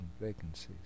vacancies